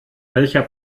welcher